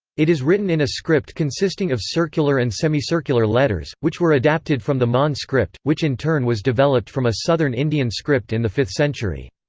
it is written in a script consisting of circular and semi-circular letters, which were adapted from the mon script, which in turn was developed from a southern indian script in the fifth century.